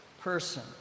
person